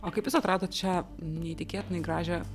o kaip jūs atradot šią neįtikėtinai gražią